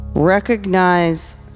Recognize